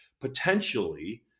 potentially